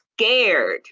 scared